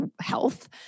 health